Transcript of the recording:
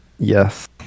Yes